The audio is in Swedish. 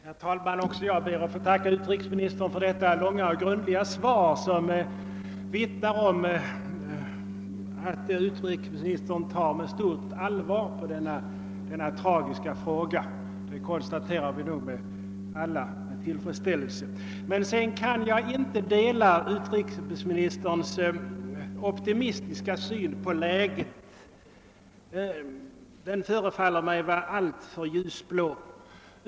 Herr talman! Också jag ber att få tacka utrikesministern för det långa och grundliga interpellationssvaret som vittnar om att utrikesministern med stort allvar tar på denna tragiska fråga. Vi alla konstaterar detta med stor tillfredsställelse. Men sedan kan jag inte dela utrikesministerns optimistiska syn på läget. Det förefaller mig som om den vore alltför ljusblå.